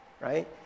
right